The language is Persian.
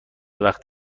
وقت